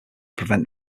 prevent